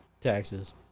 taxes